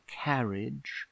carriage